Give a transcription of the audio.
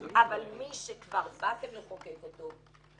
אבל מי שכבר בא ומחוקק אותו,